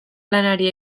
lanari